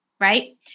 right